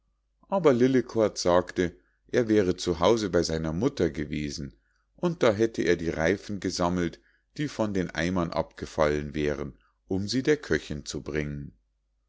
aber lillekort sagte er wäre zu hause bei seiner mutter gewesen und da hätte er die reifen gesammelt die von den eimern abgefallen wären um sie der köchinn zu bringen